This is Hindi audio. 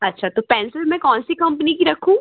अच्छा तो पेंसिल मैं कौन सी कंपनी की रखूँ